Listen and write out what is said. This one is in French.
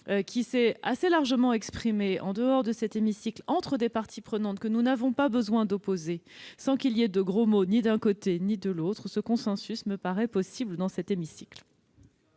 qui s'est assez largement exprimé en dehors de cet hémicycle entre des parties prenantes que nous n'avons pas besoin d'opposer, sans échange de gros mots, ni d'un côté ni de l'autre, peut également être atteint au sein de cet hémicycle.